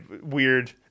weird